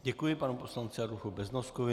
Děkuji panu poslanci Adolfu Beznoskovi.